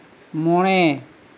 ᱢᱚᱬᱮ